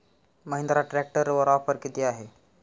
महिंद्रा ट्रॅक्टरवर ऑफर किती आहे?